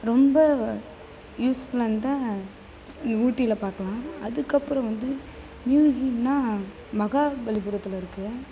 ரொம்ப யூஸ்ஃபுல்லானதா இங்கே ஊட்டியில் பார்க்கலாம் அதுக்கப்புறம் வந்து மியூஸியம்னா மகாபலிபுரத்தில் இருக்கு